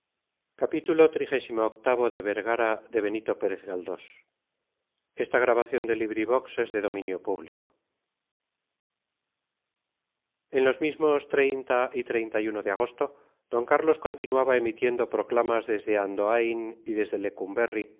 en los mismos y de agosto d carlos continuaba emitiendo proclamas desde andoaín y desde